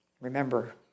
Remember